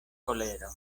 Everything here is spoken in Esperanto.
kolero